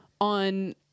on